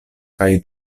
kaj